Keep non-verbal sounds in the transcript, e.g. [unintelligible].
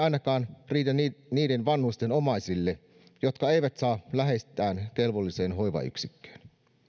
[unintelligible] ainakaan niille vanhusten omaisille jotka eivät saa läheistään kelvolliseen hoivayksikköön